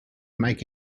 make